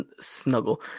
snuggle